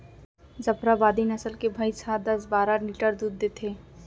जफराबादी नसल के भईंस ह दस बारा लीटर दूद देथे